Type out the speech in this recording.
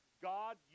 God